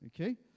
Okay